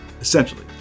Essentially